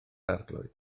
arglwydd